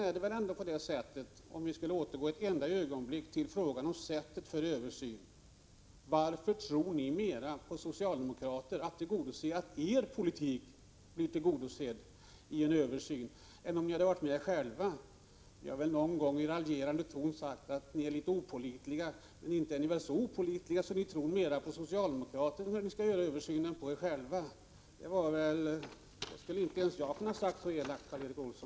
För att så för ett ögonblick återgå till frågan om sättet att göra en översyn vill jag fråga: Varför tror ni mer på socialdemokraterna när det gäller att uppfylla era önskemål i en översyn än ni tror på er själva, om ni fått vara med om att göra den? Jag har väl någon gång i raljerande ton sagt att ni är litet opålitliga. Men inte är ni väl så opålitliga att ni tror mer på socialdemokraterna än på er själva när det gäller att göra en översyn. Något så elakt om er hade inte ens jag kunnat säga, Karl Erik Olsson.